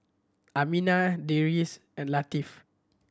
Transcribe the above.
Aminah Deris and Latif